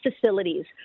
facilities